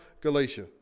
Galatia